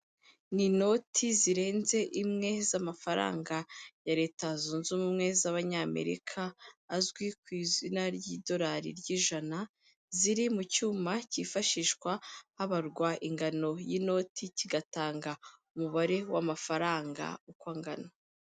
Ni inoti zirenze imwe z'amafaranga ya Leta Zunze Ubumwe z'Abanyamerika, azwi ku izina ry'idolari ry'ijana, ziri mu cyuma cyifashishwa habarwa ingano y'inoti kigatanga umubare w'amafaranga uko angana.